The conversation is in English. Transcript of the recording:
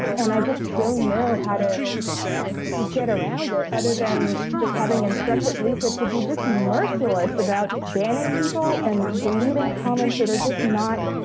and i just don't know how to get around it other than just having instructed lisa to be just merciless about banning people and deleting comments that are just not